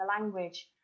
language